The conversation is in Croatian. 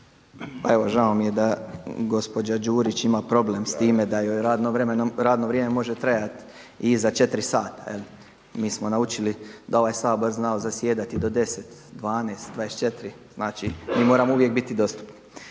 Pa evo žao mi je da gospođa Đurić ima problem s time da joj radno vrijeme može trajati i iza 4 sata. Mi smo naučili da je ovaj Sabor znao zasjedati do 10, 12, 24, znači mi moramo uvijek biti dostupni.